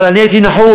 אבל אני הייתי נחוש,